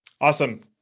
Awesome